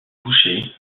boucher